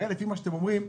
הרי לפי מה שאתם אומרים,